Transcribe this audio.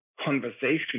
conversation